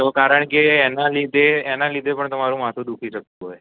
તો કારણ કે એના લીધે એના લીધે પન તમારુ માથુ દુખી શક્તો હોય